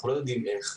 אנחנו לא יודעים איך.